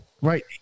Right